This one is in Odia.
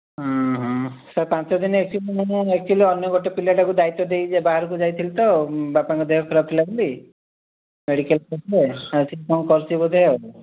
ହଁ ହଁ ସାର୍ ପାଞ୍ଚ ଦିନ ମାନେ ଆକ୍ଚୁଲି ଅନ୍ୟ ଗୋଟେ ପିଲାଟାକୁ ଦାୟିତ୍ୱ ଦେଇ ବାହାରକୁ ଯାଇଥିଲି ତ ବାପାଙ୍କ ଦେହ ଖରାପ ଥିଲା ବୋଲି ମେଡ଼ିକାଲ୍ କେସ୍ରେ ଆଉ ସେ କ'ଣ କରିଛି ବୋଧେ ଆଉ